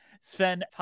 Sven